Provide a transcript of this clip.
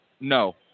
no